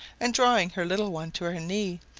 and drawing her little one to her knee,